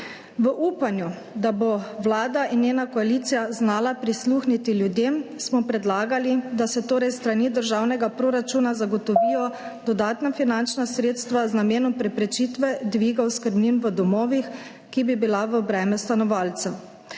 V upanju, da bo vlada in njena koalicija znala prisluhniti ljudem, smo predlagali, da se torej s strani državnega proračuna zagotovijo dodatna finančna sredstva z namenom preprečitve dviga oskrbnin v domovih, ki bi bile v breme stanovalcev,